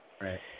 right